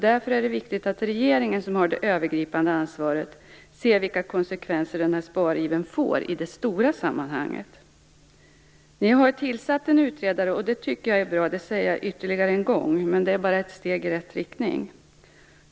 Därför är det viktigt att regeringen, som har det övergripande ansvaret, ser vilka konsekvenser sparivern får i det stora sammanhanget. Regeringen har tillsatt en utredare, och det tycker jag är bra - det säger jag ytterligare en gång. Men det är bara ett steg i rätt riktning.